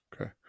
Okay